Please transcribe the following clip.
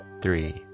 three